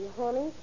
honey